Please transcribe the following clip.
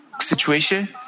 situation